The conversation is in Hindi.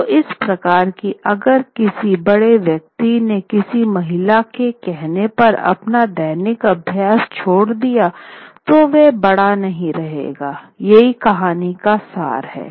तो इस प्रकार कि अगर किसी बड़े व्यक्ति ने किसी महिला के कहने पर अपना दैनिक अभ्यास छोड़ दिया तो वह बड़ा नहीं रहेगा यही कहानी का सार है